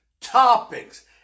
topics